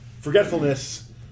forgetfulness